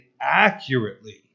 accurately